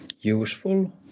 useful